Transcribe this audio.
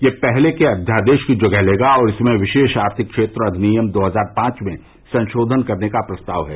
यह पहर्ले के अध्यादेश की जगह लेगा और इसमें विशेष आर्थिक क्षेत्र अधिनियम दो हजार पांच में संशोधन करने का प्रस्ताव है